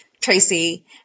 Tracy